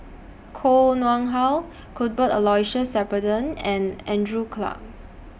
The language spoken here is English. Koh Nguang How Cuthbert Aloysius Shepherdson and Andrew Clarke